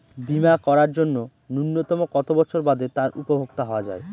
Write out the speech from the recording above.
বীমা করার জন্য ন্যুনতম কত বছর বাদে তার উপভোক্তা হওয়া য়ায়?